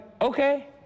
okay